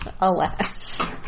Alas